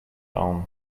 down